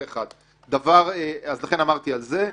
לכן דיברתי על זה,